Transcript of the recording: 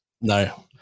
No